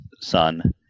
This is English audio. son